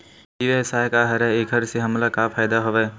ई व्यवसाय का हरय एखर से हमला का फ़ायदा हवय?